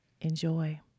Enjoy